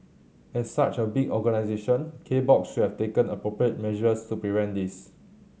as such a big organisation K Box should have taken appropriate measures to prevent this